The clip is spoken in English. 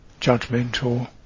judgmental